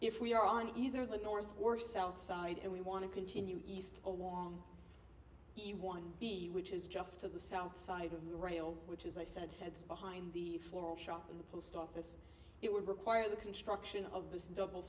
if we are on either the north or south side and we want to continue east along you want to be which is just to the south side of the rail which is i said heads behind the floral shop in the post office it would require the construction of the double